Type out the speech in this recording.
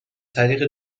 طریق